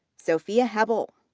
sophia hebble.